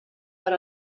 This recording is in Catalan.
per